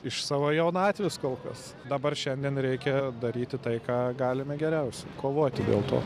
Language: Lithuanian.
iš savo jaunatvės kol kas dabar šiandien reikia daryti tai ką galime geriausia kovoti dėl to